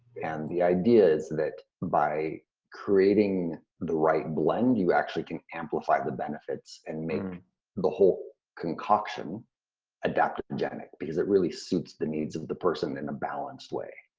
and the idea is that by creating the right and blend you actually can amplify the benefits and make the whole concoction adaptogenic. because it really suits the needs of the person in a balanced way.